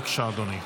בבקשה, אדוני.